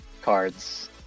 cards